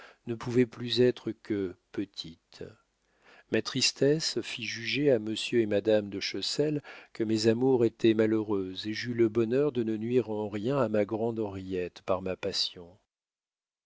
ne pouvaient plus être que petites ma tristesse fit juger à monsieur et madame de chessel que mes amours étaient malheureuses et j'eus le bonheur de ne nuire en rien à ma grande henriette par ma passion